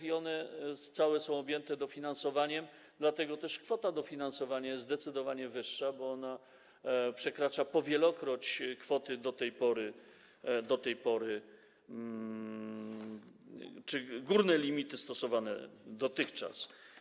I one całe są objęte dofinansowaniem, dlatego też kwota dofinansowania jest zdecydowanie wyższa, bo ona przekracza po wielekroć kwoty do tej pory... czy górne limity stosowane dotychczas.